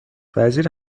وزیر